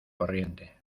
corriente